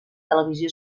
televisió